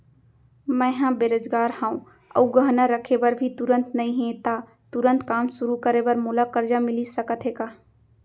मैं ह बेरोजगार हव अऊ गहना रखे बर भी तुरंत नई हे ता तुरंत काम शुरू करे बर मोला करजा मिलिस सकत हे का?